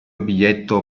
biglietto